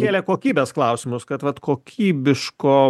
kėlė kokybės klausimus kad vat kokybiško